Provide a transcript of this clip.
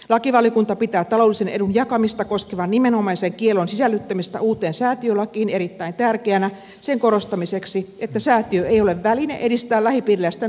lakivaliokunta pitää taloudellisen edun jakamista koskevan nimenomaisen kiellon sisällyttämistä uuteen säätiölakiin erittäin tärkeänä sen korostamiseksi että säätiö ei ole väline edistää lähipiiriläisten taloudellisia etuja